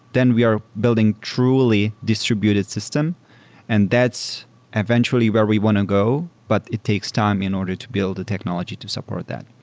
then we are building truly distributed system and that's eventually where we want to go, but it takes time in order to build a technology to support that.